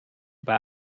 über